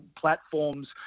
platforms